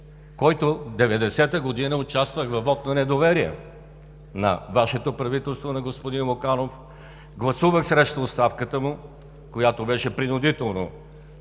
който през 1990 г. участва във вот на недоверие на Вашето правителство – на господин Луканов. Гласувах срещу оставката му, която беше принудително